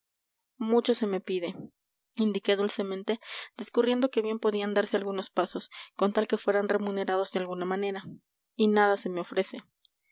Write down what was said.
mucho se me pide indiqué dulcemente discurriendo que bien podían darse algunos pasos con tal que fueran remunerados de alguna manera y nada se me ofrece